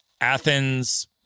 Athens